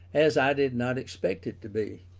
as i did not expect it to be.